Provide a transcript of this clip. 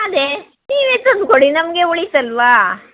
ಅದೇ ನೀವೇ ತಂದ್ಕೊಡಿ ನಮಗೆ ಉಳೀತಲ್ವ